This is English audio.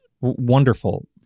wonderful